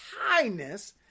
highness